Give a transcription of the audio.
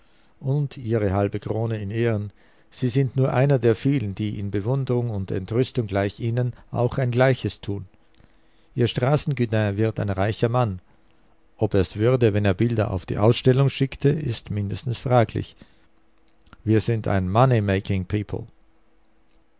und ihre halbe krone in ehren sie sind nur einer der vielen die in bewundrung und entrüstung gleich ihnen auch ein gleiches tun ihr straßen gudin wird ein reicher mann ob er's würde wenn er bilder auf die ausstellung schickte ist mindestens fraglich wir sind ein money making